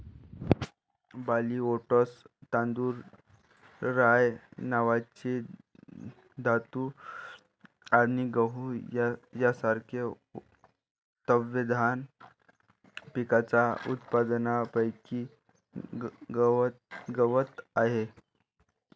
barley, oats, तांदूळ, rye नावाचे धान्य आणि गहू यांसारख्या तृणधान्य पिकांच्या उत्पादनापैकी गवत आहे